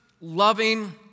loving